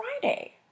Friday